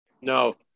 No